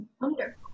wonder